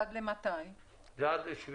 עד מתי זה עכשיו?